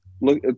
Look